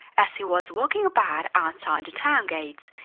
as he was walking about outside the town gates,